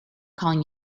calling